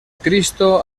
cristo